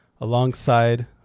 alongside